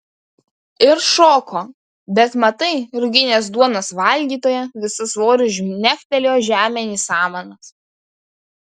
ir šoko bet matai ruginės duonos valgytoja visu svoriu žnegtelėjo žemėn į samanas